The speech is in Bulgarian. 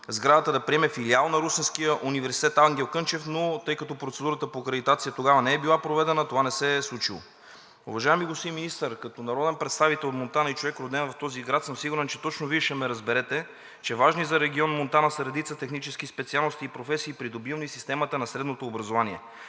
сградата да приеме филиал на Русенския университет „Ангел Кънчев“, но тъй като процедурата по акредитация тогава не е била проведена, това не се е случило. Уважаеми господин Министър, като народен представител от Монтана и човек, роден в този град, сигурен съм, че точно Вие ще ме разберете, че важни за регион Монтана са редица технически специалности и професии, придобивани в системата на средното образование.